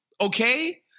okay